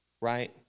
right